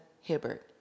Hibbert